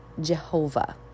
Jehovah